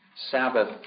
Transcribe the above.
sabbath